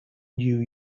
new